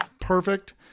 perfect